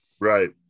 Right